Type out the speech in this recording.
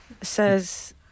..says